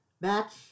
match